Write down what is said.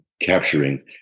capturing